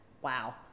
wow